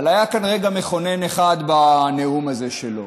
אבל היה כאן רגע מכונן אחד בנאום הזה שלו.